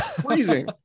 freezing